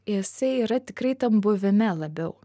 jisai yra tikrai tam buvime labiau